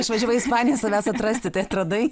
išvažiavai į ispaniją savęs atrasti tai atradai